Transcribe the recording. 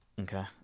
Okay